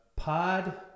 Pod